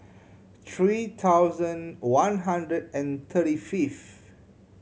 three thousand one hundred and thirty fifth